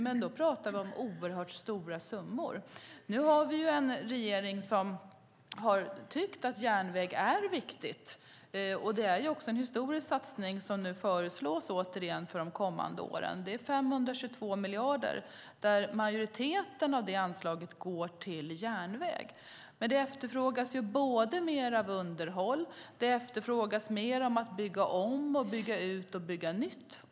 Men då pratar vi om oerhört stora summor. Nu har vi en regering som tycker att järnväg är viktigt. Det är också en historisk satsning som föreslås för de kommande åren. Det är 522 miljarder, där majoriteten av det anslaget går till järnväg. Men det efterfrågas ju också mer underhåll och att man bygger om, bygger ut och även bygger nytt.